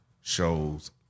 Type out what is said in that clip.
shows